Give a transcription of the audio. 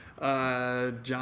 John